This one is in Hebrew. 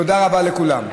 תודה רבה לכולם.